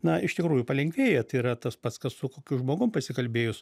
na iš tikrųjų palengvėja tai yra tas pats kas su kokiu žmogum pasikalbėjus